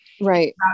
Right